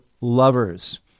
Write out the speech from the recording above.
lovers